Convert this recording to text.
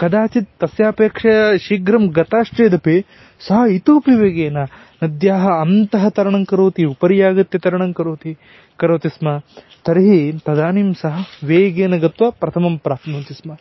कदाचित् तस्यापेक्षया शिघ्रं गताश्वेदपि सः इतोपि वेगेन नद्याः अन्तः तरणं करोति उपरि आगत्य तरणं करोति करोति स्म तर्हि तदानीं सः वेगेन गत्वा प्रथमं प्राप्नोति स्म